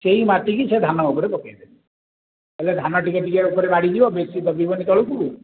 ସେଇ ମାଟି କି ସେଇ ଧାନ ଉପରେ ପକେଇ ଦେବେ ହେଲେ ଧାନ ଟିକେ ଟିକେ ଉପରେ ମାଡ଼ି ଯିବ ବେଶୀ ଦବିବନି ତଳକୁ